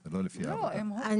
זה לא לפי --- אני יודעת.